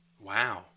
Wow